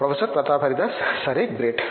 professor Pratap Haridas సరే great